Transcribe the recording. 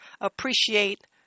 appreciate